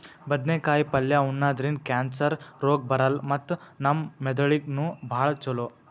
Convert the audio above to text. ಬದ್ನೇಕಾಯಿ ಪಲ್ಯ ಉಣದ್ರಿಂದ್ ಕ್ಯಾನ್ಸರ್ ರೋಗ್ ಬರಲ್ಲ್ ಮತ್ತ್ ನಮ್ ಮೆದಳಿಗ್ ನೂ ಭಾಳ್ ಛಲೋ